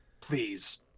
Please